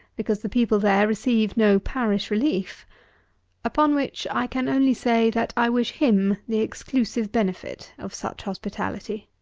because the people there receive no parish relief upon which i can only say, that i wish him the exclusive benefit of such hospitality.